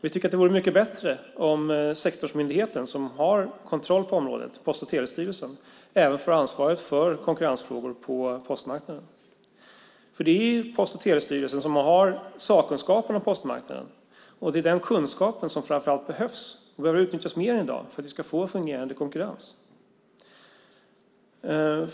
Det vore mycket bättre om sektorsmyndigheten som har kontroll på området, Post och telestyrelsen, även får ansvar för konkurrensfrågor på postmarknaden. Det är Post och telestyrelsen som har sakkunskapen om postmarknaden. Det är denna kunskap som framför allt behövs och som behöver utnyttjas mer för att vi ska få en fungerande konkurrens.